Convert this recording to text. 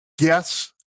Yes